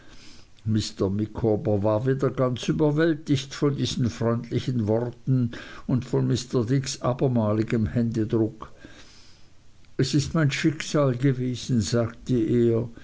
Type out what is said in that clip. mr micawber war wieder ganz überwältigt von diesen freundlichen worten und von mr dicks abermaligem händedruck es ist mein schicksal gewesen sagte er